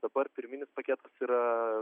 dabar pirminis paketas yra